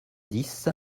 dix